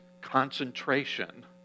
concentration